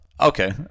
Okay